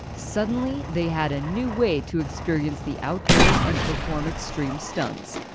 suddenly they had a new way to experience the outdoors and perform extreme stunts,